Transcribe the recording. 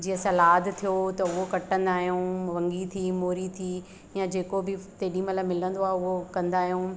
जीअं सलाद थियो त हुओ कटंदा आहियूं वंगी थी मूरी थी या जेको बि तेॾीमहिल मिलंदो आहे उहो कंदा आहियूं